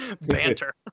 Banter